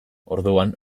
orduan